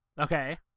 okay